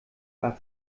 war